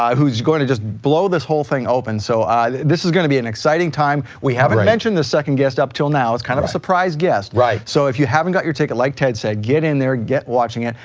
um who's going to just blow this whole thing open. so this is going to be an exciting time. we haven't mentioned the second guest up till now. it's kind of a surprise guest. so if you haven't got your ticket, like tedd said, get in there, get watching it.